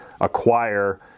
acquire